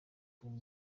album